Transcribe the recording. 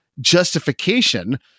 justification